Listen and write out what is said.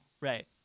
Right